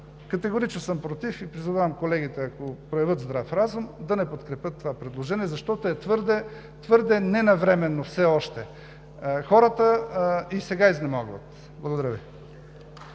Категорично съм против и призовавам колегите, ако проявят здрав разум, да не подкрепят това предложение, защото все още е твърде ненавременно. Хората и сега изнемогват. Благодаря Ви.